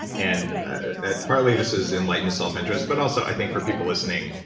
and ah partly this is enlightened self interest. but also, i think for people listening,